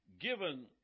given